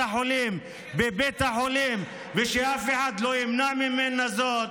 בבית החולים ושאף אחד לא ימנע ממנה זאת,